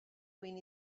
mwyn